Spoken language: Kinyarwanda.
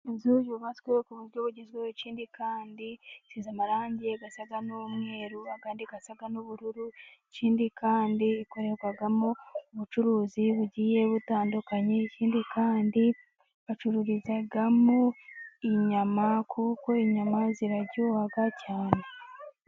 Inzu yubatsweho ku buryo bugezweho, ikindi kandi isize amarangi asa n'umweru, andi asa n'ubururu, ikindi kandi ikorerwamo ubucuruzi bugiye butandukanye, ikindi kandi bacururizamo inyama, kuko inyama ziraryoha cyane.